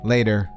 Later